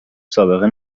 سابقه